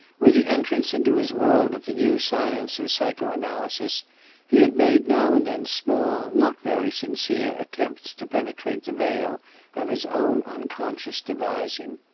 with the entrance into his world of the new science of psycho-analysis he had made now and then small, not very sincere, attempts to penetrate the veil of his own unconscious devising.